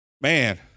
man